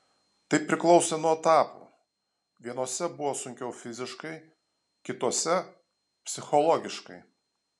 tai priklausė nuo etapų vienuose buvo sunkiau fiziškai kituose psichologiškai